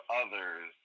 others